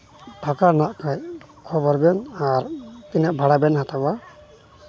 ᱯᱷᱟᱸᱠᱟ ᱢᱮᱱᱟᱜ ᱠᱷᱟᱱ ᱠᱷᱚᱵᱚᱨ ᱵᱮᱱ ᱟᱨ ᱛᱤᱱᱟᱹᱜ ᱵᱷᱟᱲᱟ ᱵᱮᱱ ᱦᱟᱛᱟᱣᱟ